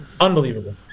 unbelievable